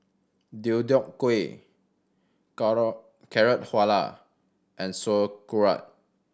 Deodeok Gui Carrot Halwa and Sauerkraut